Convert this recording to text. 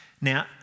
Now